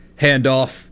handoff